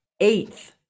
eighth